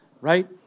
Right